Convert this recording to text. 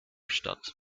statt